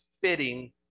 fitting